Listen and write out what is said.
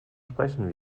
sprechen